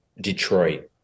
detroit